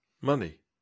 money